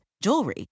jewelry